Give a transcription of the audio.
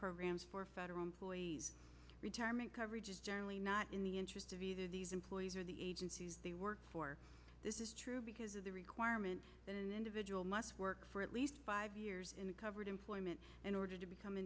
programs for federal employees retirement coverage is generally not in the interest of these employees or the agencies they work for this is true because of the requirement that an individual must work for at least five years in a covered employment in order to become